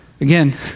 again